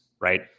right